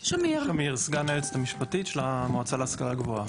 שמיר, סגן היועצת המשפטית של המועצה להשכלה גבוהה.